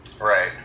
Right